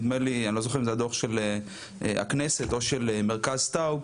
אני לא זוכר אם זה הדוח של הכנסת או של מרכז טאוב,